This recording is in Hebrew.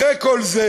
אחרי כל זה,